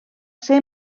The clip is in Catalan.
ser